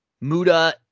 Muda